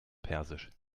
persisch